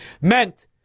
meant